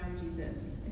Jesus